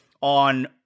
on